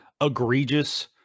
egregious